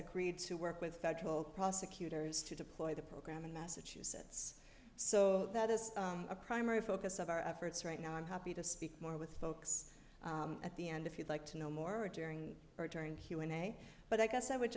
agreed to work with federal prosecutors to deploy the program in massachusetts so that is a primary focus of our efforts right now i'm happy to speak more with folks at the end if you'd like to know more or during humanae but i guess i would